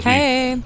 Hey